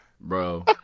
bro